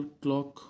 clock